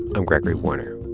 i'm gregory warner.